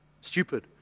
Stupid